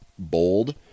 bold